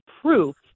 proof